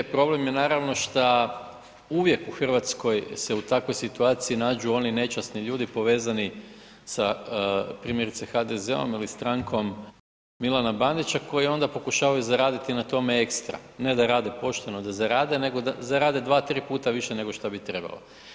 Problem je naravno šta uvijek u Hrvatskoj se u takvoj situaciji nađu oni nečasni ljudi povezani sa primjerice HDZ-om ili strankom Milana Bandića koji onda pokušavaju zaraditi na tome ekstra, ne da rade pošteno, da zarade, nego da zarade 2-3 puta više nego što bi trebalo.